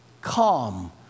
calm